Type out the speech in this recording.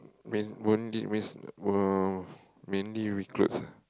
main won't lead miss will mainly with clothes ah